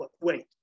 Wait